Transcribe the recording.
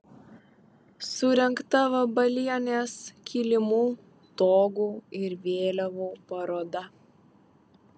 surengta vabalienės kilimų togų ir vėliavų paroda